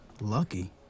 Lucky